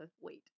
wait